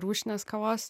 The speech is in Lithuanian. rūšinės kavos